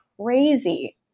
crazy